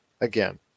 again